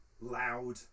Loud